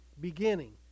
beginning